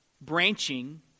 branching